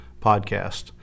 podcast